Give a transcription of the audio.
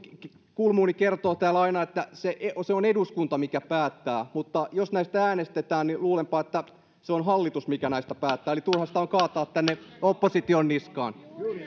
kulmuni kertoo täällä aina että se on se on eduskunta mikä päättää mutta jos näistä äänestetään niin luulenpa että se on hallitus mikä näistä päättää eli turha sitä on kaataa tänne opposition niskaan